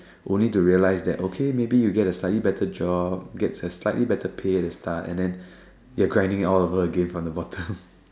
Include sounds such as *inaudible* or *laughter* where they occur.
only to realise that okay maybe you get a slightly better job get a slightly better pay at the start and then you're grinding it all over again from the bottom *laughs*